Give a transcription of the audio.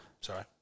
sorry